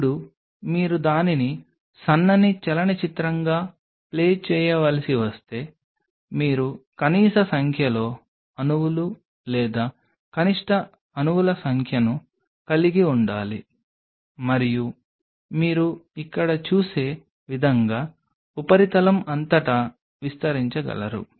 ఇప్పుడు మీరు దానిని సన్నని చలనచిత్రంగా ప్లే చేయవలసి వస్తే మీరు కనీస సంఖ్యలో అణువులు లేదా కనిష్ట అణువుల సంఖ్యను కలిగి ఉండాలి మరియు మీరు ఇక్కడ చూసే విధంగా ఉపరితలం అంతటా విస్తరించగలరు